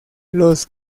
los